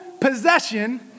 possession